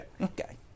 Okay